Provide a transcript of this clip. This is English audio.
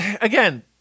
Again